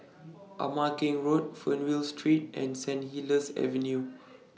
Ama Keng Road Fernvale Street and Saint Helier's Avenue